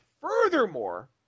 furthermore